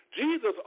Jesus